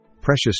precious